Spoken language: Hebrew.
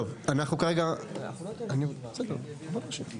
אנחנו רוצים להגיד לפרוטוקול שיש